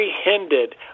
apprehended